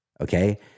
Okay